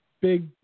big